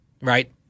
right